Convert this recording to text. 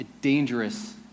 dangerous